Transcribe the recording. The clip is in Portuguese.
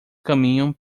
caminham